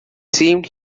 seemed